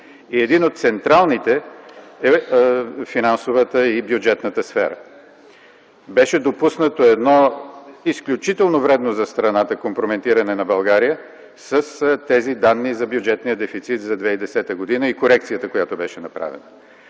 Един от централните е финансовата и бюджетната сфера. Беше допуснато едно изключително вредно за страната компрометиране на България с тези данни за бюджетния дефицит за 2010 г. и корекцията, която беше направена.